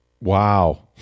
Wow